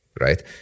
Right